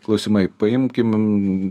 klausimai paimkim